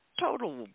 total